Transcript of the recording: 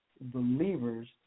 believers